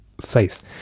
faith